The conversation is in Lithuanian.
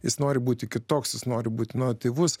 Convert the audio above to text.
jis nori būti kitoks jis nori būt